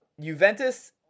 juventus